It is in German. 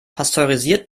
pasteurisiert